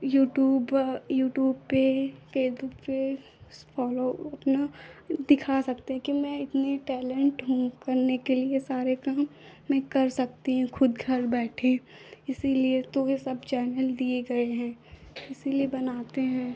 YouTube YouTube पर Facebook पर उस फ़ॉलो ओ अपना दिखा सकते हैं कि मैं इतनी टैलेन्ट हूँ करने के लिए सारे काम मैं कर सकती हूँ खुद घर बैठे इसीलिए तो यह सब चैनल दिए गए हैं इसीलिए बनाते हैं